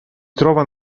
trova